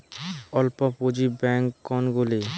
অল্প পুঁজি ব্যাঙ্ক কোনগুলি?